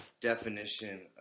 definition